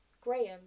Graham